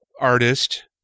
artist